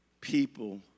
people